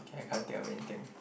can I can't think of anything